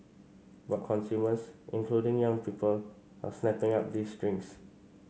but consumers including young people are snapping up these drinks